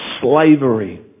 slavery